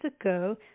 ago